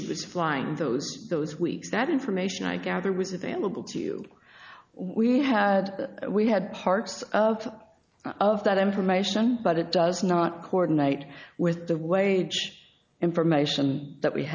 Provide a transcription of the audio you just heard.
it was flying those those weeks that information i gather was available to you we had we had parts out of that information but it does not coordinate with the wage information that we